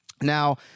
Now